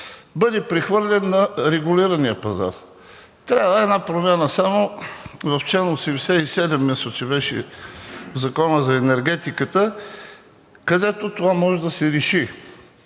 бъде прехвърлен на регулирания пазар, трябва само една промяна в чл. 77, мисля, че беше в Закона за енергетиката, където това може да се реши